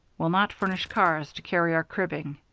will not furnish cars to carry our cribbing.